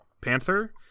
panther